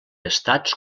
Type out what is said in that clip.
estats